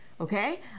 okay